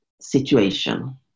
situation